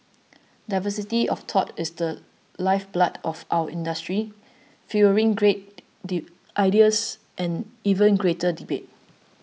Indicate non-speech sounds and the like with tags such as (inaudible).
diversity of thought is the lifeblood of our industry fuelling great (unintelligible) ideas and even greater debate